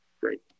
Great